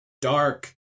dark